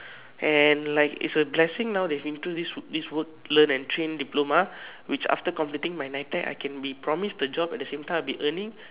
and like its a blessing now that's into this this work learn and train diploma which after completing my N_I_T_E_C I can be promised a job at the same time I will be earning